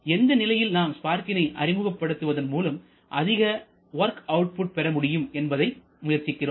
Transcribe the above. எந்த நிலையில் நாம் ஸ்பார்க்கினை அறிமுகப்படுத்துவதன் மூலம் அதிக வொர்க் அவுட் புட் பெறமுடியும் என்பதை முயற்சிக்கிறோம்